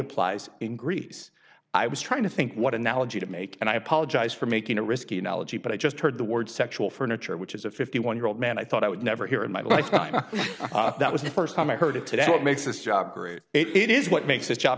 applies in greece i was trying to think what analogy to make and i apologize for making a risky analogy but i just heard the word sexual furniture which is a fifty one year old man i thought i would never hear in my lifetime that was the first time i heard it today what makes this job it is what makes